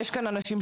מערכת שיכולה,